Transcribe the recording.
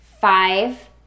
five